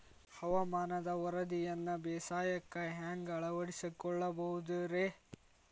ಹವಾಮಾನದ ವರದಿಯನ್ನ ಬೇಸಾಯಕ್ಕ ಹ್ಯಾಂಗ ಅಳವಡಿಸಿಕೊಳ್ಳಬಹುದು ರೇ?